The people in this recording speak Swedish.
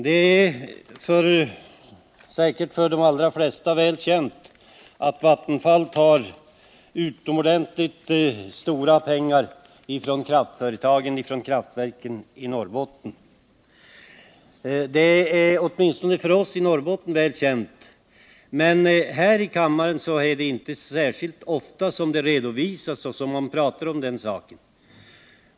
För de allra flesta är det säkerligen väl känt att Vattenfall tar utomordentligt stora pengar från kraftverken i Norrbotten. Det är åtminstone för oss i Norrbotten väl känt, men här i kammaren talar man inte särskilt ofta om den saken.